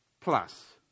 plus